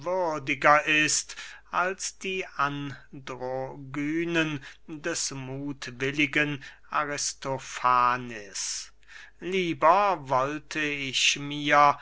ist als die androgynen des muthwilligen aristofanes lieber wollte ich mir